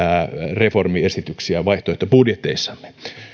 reformiesityksiä vaihtoehtobudjeteissamme